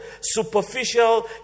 superficial